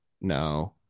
No